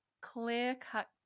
clear-cut